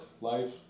life